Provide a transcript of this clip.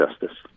justice